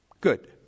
good